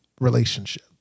relationship